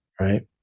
right